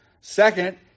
Second